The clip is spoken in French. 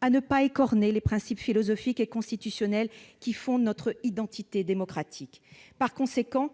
à ne pas écorner les principes philosophiques et constitutionnels qui fondent notre identité démocratique. Un savant